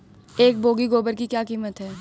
एक बोगी गोबर की क्या कीमत है?